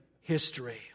history